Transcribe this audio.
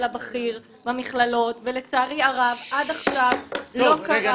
הבכיר במכללות ולצערי הרב עד עכשיו לא קרתה שום --- רגע,